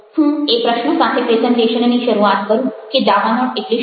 હું એ પ્રશ્ન સાથે પ્રેઝન્ટેશનની શરૂઆત કરું કે દાવાનળ એટલે શું